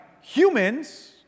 humans